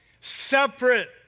separate